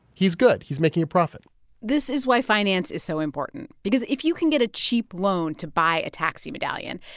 he's good. he's making a profit this is why finance is so important because if you can get a cheap loan to buy a taxi medallion,